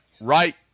right